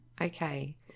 Okay